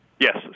Yes